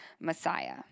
Messiah